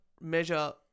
measure